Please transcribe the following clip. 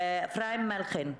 אפרים מלכין,